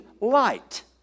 light